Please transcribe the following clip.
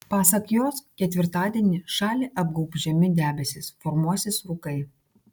pasak jos ketvirtadienį šalį apgaubs žemi debesys formuosis rūkai